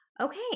Okay